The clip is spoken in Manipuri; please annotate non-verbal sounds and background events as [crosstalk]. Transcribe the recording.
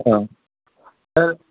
ꯑꯥ [unintelligible]